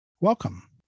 Welcome